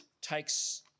takes